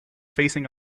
facing